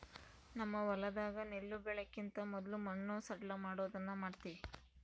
ನಮ್ಮ ಹೊಲದಾಗ ನೆಲ್ಲು ಬೆಳೆಕಿಂತ ಮೊದ್ಲು ಮಣ್ಣು ಸಡ್ಲಮಾಡೊದನ್ನ ಮಾಡ್ತವಿ